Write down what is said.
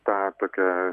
tą tokią